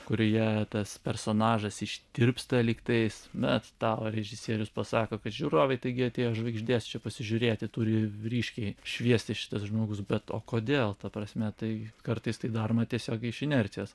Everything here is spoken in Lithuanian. kurioje tas personažas ištirpsta lygtais na tavo režisierius pasako kad žiūrovai taigi atėjo žvaigždės čia pasižiūrėti turi ryškiai šviesti šitas žmogus bet o kodėl ta prasme tai kartais tai daroma tiesiog iš inercijos